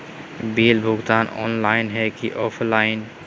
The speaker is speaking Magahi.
बिल भुगतान ऑनलाइन है की ऑफलाइन?